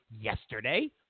yesterday